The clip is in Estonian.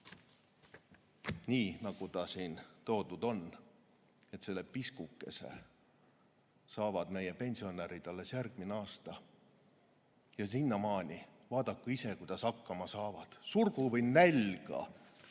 nii, nagu ta siin toodud on, et selle piskukese saavad meie pensionärid alles järgmisel aastal ja sinnamaani vaadaku ise, kuidas hakkama saavad. Surgu või nälga.